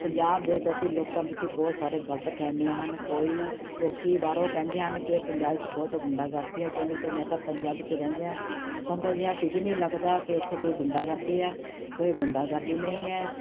ਪੰਜਾਬ ਦੇ ਪ੍ਰਤੀ ਲੋਕਾਂ ਵਿੱਚ ਬਹੁਤ ਸਾਰੇ ਗ਼ਲਤ ਫ਼ਹਿਮੀਆਂ ਹਨ ਕੋਈ ਲੋਕ ਬਾਹਰੋਂ ਕਹਿੰਦੇ ਹਨ ਕਿ ਪੰਜਾਬ 'ਚ ਬਹੁਤ ਗੁੰਡਾਗਰਦੀ ਹੈ ਜਿਵੇਂ ਕਿ ਮੈਂ ਤਾਂ ਪੰਜਾਬ ਵਿੱਚ ਰਹਿੰਦੀ ਹਾਂ ਸਾਨੂੰ ਤਾਂ ਅਜਿਹਾ ਕੁਝ ਨਹੀਂ ਲੱਗਦਾ ਕਿ ਇੱਥੇ ਕੋਈ ਗੁੰਡਾਗਰਦੀ ਹੈ ਕੋਈ ਗੁੰਡਾਗਰਦੀ ਨਹੀਂ ਹੈ